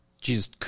Jesus